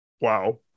Wow